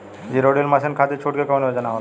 Zero till machine खाती छूट के कवन योजना होला?